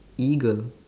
eagle